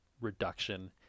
reduction